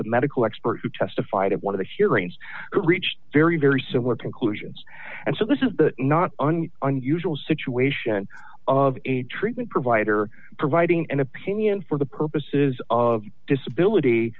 the medical expert who testified at one of the hearings reached very very similar conclusions and so this is not an unusual situation of a treatment provider providing an opinion for the purposes of disability